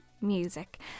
music